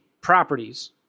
properties